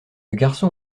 garçon